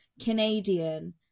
Canadian